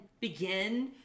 begin